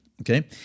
okay